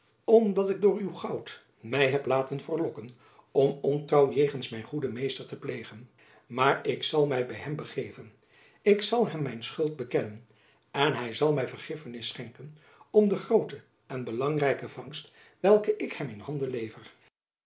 omdat ik door uw goud my heb laten verlokken om ontrouw jegens mijn goeden meester te plegen maar ik zal my by hem begeven ik zal hem mijn schuld bekennen en hy zal my vergiffenis schenken om de groote en belangrijke vangst welke ik hem in handen lever